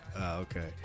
Okay